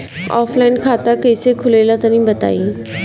Offline खाता कइसे खुलेला तनि बताईं?